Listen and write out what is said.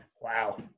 wow